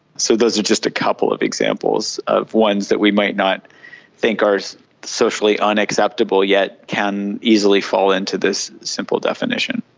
so those are just a couple of examples of ones that we might not think are so socially unacceptable yet can easily fall into this simple definition.